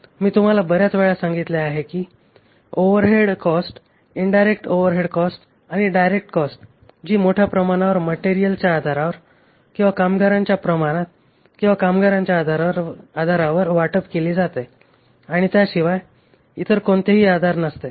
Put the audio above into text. मी तुम्हाला बर्याच वेळा सांगितले आहे की overhead cost indirect overhead cost किंवा डायरेक्ट कॉस्ट जी मोठ्या प्रमाणावर मटेरियलच्या आधारावर किंवा कामगारांच्या प्रमाणात किंवा कामगारांच्या आधारावर वाटप केली जाते आणि त्याशिवाय इतर कोणतेही आधार नसते